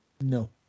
No